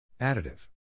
Additive